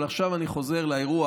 אבל עכשיו אני חוזר לאירוע